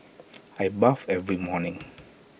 I bathe every morning